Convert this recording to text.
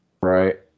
right